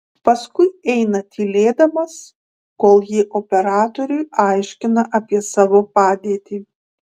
paskui eina tylėdamas kol ji operatoriui aiškina apie savo padėtį